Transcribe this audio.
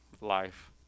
life